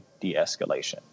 de-escalation